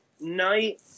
night